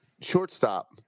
shortstop